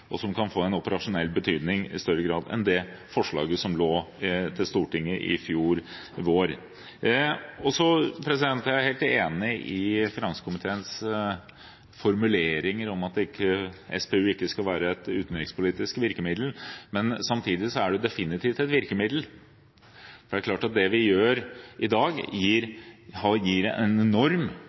nå som både er mer omfattende, mer presist og som kan få en operasjonell betydning i større grad enn det forslaget som lå i Stortinget i fjor vår. Jeg er helt enig i finanskomiteens formuleringer om at SPU ikke skal være et utenrikspolitisk virkemiddel, men samtidig er det definitivt et virkemiddel. Det er klart at det vi gjør i dag, gir